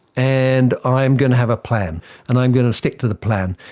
and i'm going to have a plan and i'm going to stick to the plan.